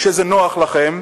כשזה נוח לכם,